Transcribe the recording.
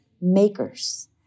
makers